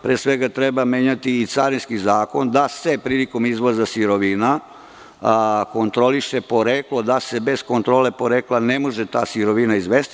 Pre svega, treba menjati i carinski zakon da se prilikom izvoza sirovina kontroliše poreklo, da se bez kontrole porekla ne može ta sirovina izvesti.